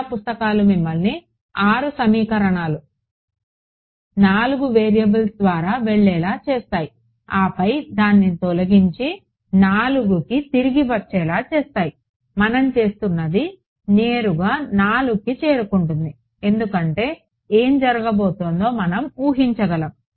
చాలా పుస్తకాలు మిమ్మల్ని 6 సమీకరణాలు 4 వేరియబుల్స్ ద్వారా వెళ్ళేలా చేస్తాయి ఆపై దాన్ని తొలగించి 4కి తిరిగి వచ్చేలా చేస్తాయి మనం చేస్తున్నది నేరుగా 4కి చేరుకుంటుంది ఎందుకంటే ఏమి జరగబోతోందో మనం ఊహించగలము